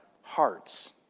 hearts